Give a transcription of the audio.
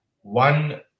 one